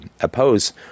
oppose